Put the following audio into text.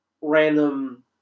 random